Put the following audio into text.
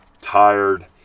tired